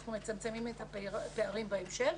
אנחנו מצמצמים את הפערים בהמשך.